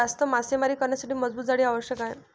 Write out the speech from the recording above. जास्त मासेमारी करण्यासाठी मजबूत जाळी आवश्यक आहे